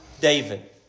David